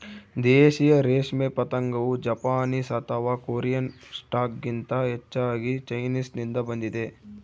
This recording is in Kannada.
ದೇಶೀಯ ರೇಷ್ಮೆ ಪತಂಗವು ಜಪಾನೀಸ್ ಅಥವಾ ಕೊರಿಯನ್ ಸ್ಟಾಕ್ಗಿಂತ ಹೆಚ್ಚಾಗಿ ಚೈನೀಸ್ನಿಂದ ಬಂದಿದೆ